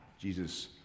Jesus